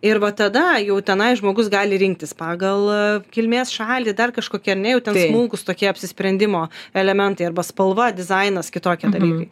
ir va tada jau tenai žmogus gali rinktis pagal kilmės šalį dar kažkokį ar ne jau ten smulkūs tokie apsisprendimo elementai arba spalva dizainas kitokie dalykai